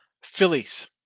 Phillies